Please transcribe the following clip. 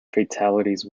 fatalities